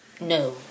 no